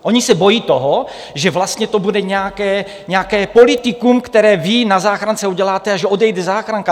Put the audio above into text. Oni se bojí toho, že vlastně to bude nějaké politikum, které vy na záchrance uděláte, a že odejde záchranka.